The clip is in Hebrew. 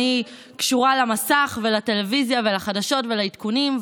אני קשורה למסך ולטלוויזיה ולחדשות ולעדכונים,